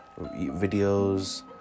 videos